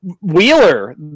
Wheeler